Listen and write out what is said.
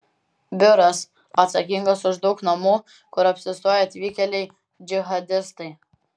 biuras atsakingas už daug namų kur apsistoję atvykėliai džihadistai